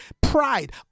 pride